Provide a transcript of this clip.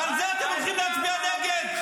ועל זה אתם הולכים להצביע נגד.